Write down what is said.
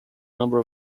number